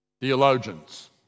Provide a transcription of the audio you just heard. theologians